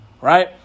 right